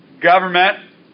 government